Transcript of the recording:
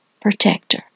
protector